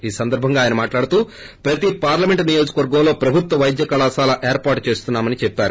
ఈ సందర్బంగా ఆయన మాట్లాడుతూ ప్రతీ పార్లమెంట్ నియోజకవర్గంలో ప్రభుత్వ వైద్య కళాశాల ఏర్పాటు చేస్తున్నామని చెప్పారు